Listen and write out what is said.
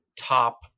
top